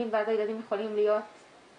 אין ואז הילדים יכולים להיות באוטו,